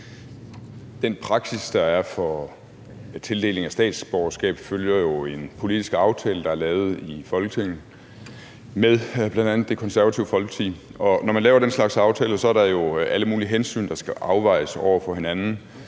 Den praksis, der er for tildeling af statsborgerskab, følger jo en politisk aftale, der er lavet i Folketinget med bl.a. Det Konservative Folkeparti. Og når man laver den slags aftaler, er der jo alle mulige hensyn, der skal afvejes over for hinanden.